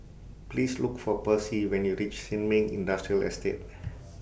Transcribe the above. Please Look For Percy when YOU REACH Sin Ming Industrial Estate